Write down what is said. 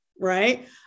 right